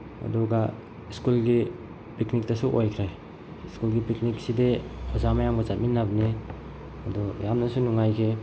ꯑꯗꯨꯒ ꯁ꯭ꯀꯨꯜꯒꯤ ꯄꯤꯛꯅꯤꯡꯇꯁꯨ ꯑꯣꯏꯈ꯭ꯔꯦ ꯁ꯭ꯀꯨꯜꯒꯤ ꯄꯤꯛꯅꯤꯡꯁꯤꯗꯤ ꯑꯣꯖꯥ ꯃꯌꯥꯝꯒ ꯆꯠꯃꯤꯟꯅꯕꯅꯤ ꯑꯗꯨ ꯌꯥꯝꯅꯁꯨ ꯅꯨꯡꯉꯥꯏꯈꯤ